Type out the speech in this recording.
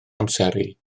amseru